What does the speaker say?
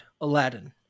Aladdin